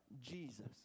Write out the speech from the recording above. Jesus